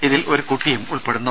ഇതിൽ ഒരു കുട്ടിയും ഉൾപ്പെടുന്നു